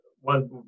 one